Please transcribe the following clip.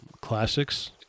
classics